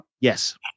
yes